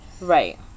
Right